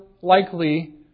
likely